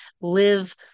live